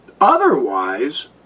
otherwise